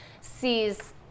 sees